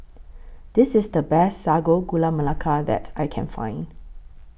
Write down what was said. This IS The Best Sago Gula Melaka that I Can Find